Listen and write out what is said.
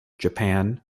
japan